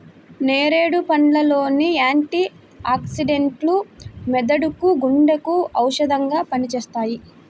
నేరేడు పండ్ల లోని యాంటీ ఆక్సిడెంట్లు మెదడుకు, గుండెకు ఔషధంగా పనిచేస్తాయి